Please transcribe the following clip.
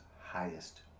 highest